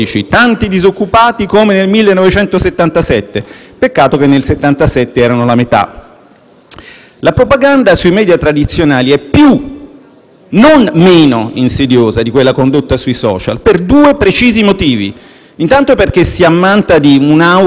La propaganda sui *media* tradizionali è più e non meno insidiosa di quella condotta sui *social* per due precisi motivi: intanto perché si ammanta di un'aura di posticcia credibilità (normalmente chi disinforma sui *media* tradizionali è iscritto a un albo o a qualcosa